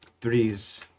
Threes